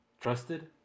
trusted